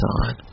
on